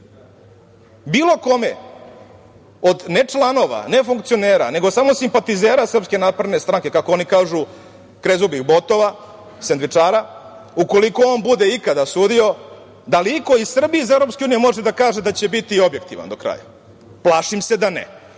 kome od ne članova, ne funkcionera, nego samo simpatizera SNS, kako oni kažu krezubih botova, sendvičara, ukoliko on bude ikada sudio, da li iko iz Srbije i EU može da kaže da će biti objektivan do kraja? Plašim se da ne.